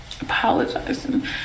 apologizing